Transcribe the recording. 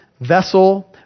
vessel